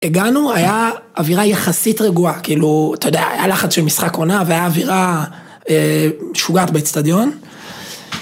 הגענו, היה, אווירה יחסית רגועה, כאילו, אתה יודע, היה לחץ של משחק עונה והייתה אווירה א...משוגעת באצטדיון.